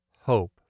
hope